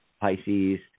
pisces